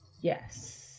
Yes